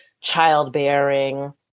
childbearing